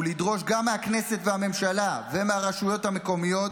לדרוש גם מהכנסת והממשלה ומהרשויות המקומיות,